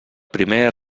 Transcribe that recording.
primer